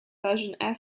version